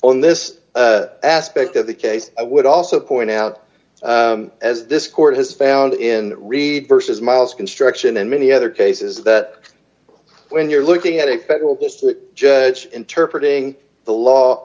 on this aspect of the case i would also point out as this court has found in read vs miles construction and many other cases that when you're looking at a federal district judge interpretating the law